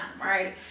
right